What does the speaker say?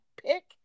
pick